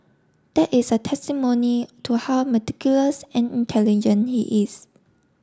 that is a testimony to how meticulous and intelligent he is